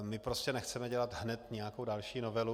My prostě nechceme dělat hned nějakou další novelu.